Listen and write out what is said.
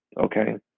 okay